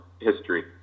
history